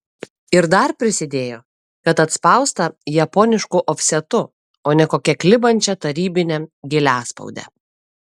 ir dar prisidėjo kad atspausta japonišku ofsetu o ne kokia klibančia tarybine giliaspaude